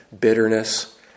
bitterness